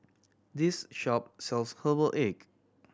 this shop sells herbal egg